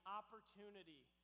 opportunity